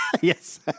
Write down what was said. yes